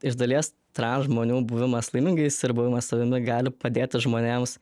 iš dalies transžmonių buvimas laimingais ir buvimas savimi gali padėti žmonėms